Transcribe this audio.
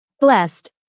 Blessed